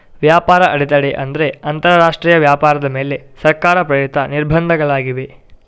ವ್ಯಾಪಾರ ಅಡೆತಡೆ ಅಂದ್ರೆ ಅಂತರರಾಷ್ಟ್ರೀಯ ವ್ಯಾಪಾರದ ಮೇಲೆ ಸರ್ಕಾರ ಪ್ರೇರಿತ ನಿರ್ಬಂಧಗಳಾಗಿವೆ